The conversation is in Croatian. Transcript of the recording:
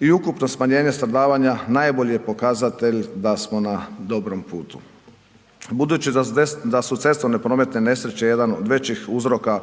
i ukupno smanjenje stradavanja, najbolji je pokazatelj da smo na dobrom putu. Budući da su cestovne prometne nesreće jedan od većih uzroka